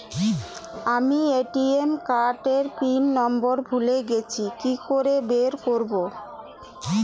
আমি ATM card এর pin number ভুলে গেছি কি করে বের করব?